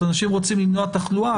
אנשים רוצים למנוע תחלואה,